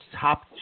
top